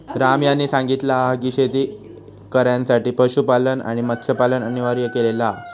राम यांनी सांगितला हा की शेतकऱ्यांसाठी पशुपालन आणि मत्स्यपालन अनिवार्य केलेला हा